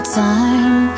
time